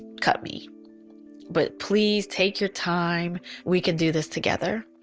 cut me but please, take your time. we can do this together.